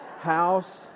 house